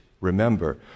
Remember